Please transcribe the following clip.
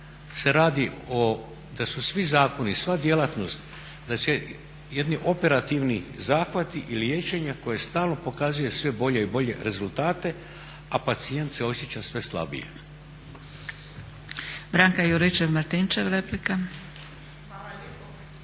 se radi o da su svi zakoni, sva djelatnost da jedni operativni zahvati i liječenje koje je stalo pokazuje sve bolje i bolje rezultate, a pacijent se osjeća sve slabijim.